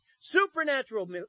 Supernatural